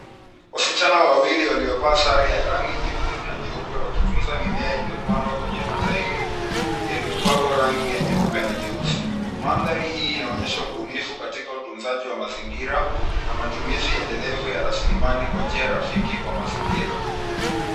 Wasichana wawili waliovaa sare ya rangi nyekundu na nyeupe wakitunza mimea iliopandwa kwenye matairi, yaliyopakwa rangi ya nyeupe na nyeusi. Mandhari hii inaonyesha ubunifu katika utunzaji wa mazingira na matumizi ya endelevu ya rasilimali kwa njia rafiki kwa mazingira.